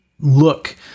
look